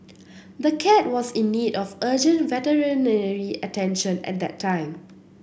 the cat was in need of urgent veterinary attention at the time